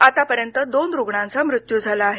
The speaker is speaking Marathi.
आतापर्यंत दोन रुग्णांचा मृत्यू झाला आहे